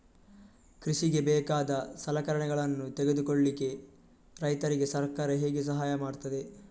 ಕೃಷಿಗೆ ಬೇಕಾದ ಸಲಕರಣೆಗಳನ್ನು ತೆಗೆದುಕೊಳ್ಳಿಕೆ ರೈತರಿಗೆ ಸರ್ಕಾರ ಹೇಗೆ ಸಹಾಯ ಮಾಡ್ತದೆ?